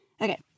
okay